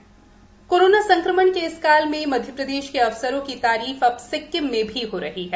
सिक्किम तारीफ कोरोना संक्रमण के इस काल मे मध्यप्रदेश के अफसरों की तारीफ अब सिक्किम में भी हो रही है